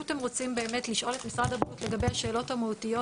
אם אתם רוצים באמת לשאול את משרד הבריאות לגבי השאלות המהותיות,